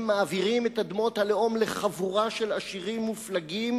מעבירים את אדמות הלאום לחבורה של עשירים מופלגים,